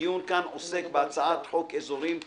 הדיון כאן עוסק בהצעת חוק אזורים ימיים,